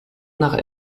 nach